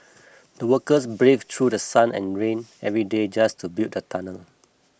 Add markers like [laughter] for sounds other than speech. the workers [noise] braved through The Sun and rain every day just to build the tunnel